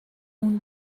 اون